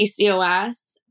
PCOS